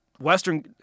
Western